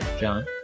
john